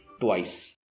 twice